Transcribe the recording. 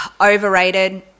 Overrated